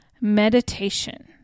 Meditation